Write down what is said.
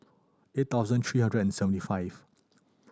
eight thousand three hundred and seventy five